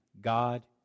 God